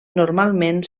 normalment